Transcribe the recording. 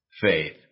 faith